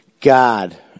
God